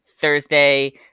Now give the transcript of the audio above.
Thursday